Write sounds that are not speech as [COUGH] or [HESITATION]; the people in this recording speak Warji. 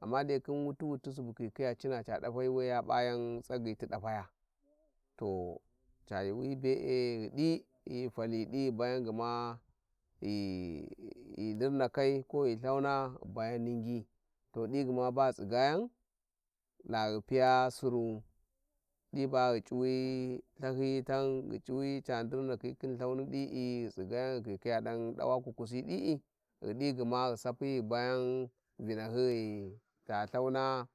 ﻿Amma dai khin wuti-wuti subu khi- khiya cina ca dafaya we ya pa-yan tsagyi ti dafaya to ca yuuwi be'e ghidi ghi ghu fali di ghu bayan gma ghi [HESITATION] -nghi ndirnaka ko ghi thaung ghi bayan Ningi to digma baghu tsigayan sirou đi ba ghiC`uwi thanyiyi Fan ghi c'uwi ca ndırnakhi khin lthauni dii ghi tsigayan ghi chi-khiya dan dawa kukusi dii ghi digma ghi sapyi ghi bayan vinahy ghi talehmung,